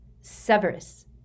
Severus